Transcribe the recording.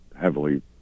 heavily